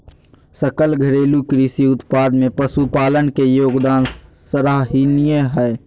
सकल घरेलू कृषि उत्पाद में पशुपालन के योगदान सराहनीय हइ